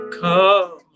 come